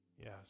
Yes